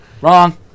Wrong